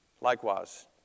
likewise